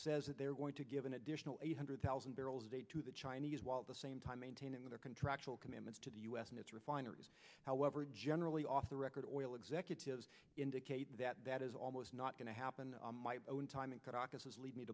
says that they're going to give an additional eight hundred thousand barrels a day to the chinese while at the same time maintaining their contractual commitments to the u s and its refineries however generally off the record oil executives indicate that that is almost not going to happen my own time in